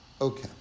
Okay